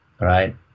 right